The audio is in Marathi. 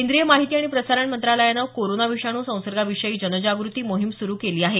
केंद्रीय माहिती आणि प्रसारण मंत्रालयानं कोरोना विषाणू संसर्गाविषयी जनजाग्रती मोहीम सुरु केली आहे